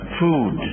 food